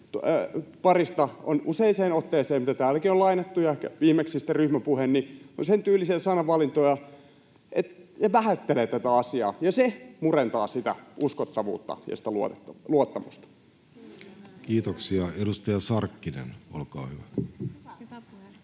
parista on ollut useaan otteeseen — mitä täälläkin on lainattu, ja viimeksi sitten ryhmäpuhe — sen tyylisiä sanavalintoja, että ne vähättelevät tätä asiaa. Se murentaa sitä uskottavuutta ja sitä luottamusta. Kiitoksia. — Edustaja Sarkkinen, olkaa hyvä. Arvoisa puhemies! Sanat